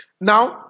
now